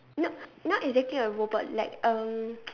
no not exactly a robot like um